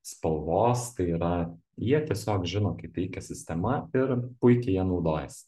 spalvos tai yra jie tiesiog žino kaip veikia sistema ir puikiai ja naudojasi